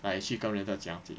来去跟人家讲解